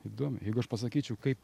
įdomiai jeigu aš pasakyčiau kaip